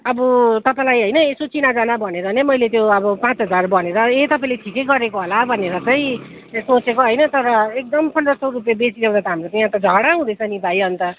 अब तपाईँलाई होइन यसो चिनाजाना भनेर नै मैले त्यो अब पाँच हजार भनेर ए तपाईँले ठिकै गरेको होला भनेर चाहिँ सोचेको होइन तर एकदम पन्ध्र सय रुपियाँ बेसी ल्याउँदा त हाम्रो त यहाँ त झगडा हुँदैछ नि भाइ अन्त